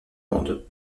monde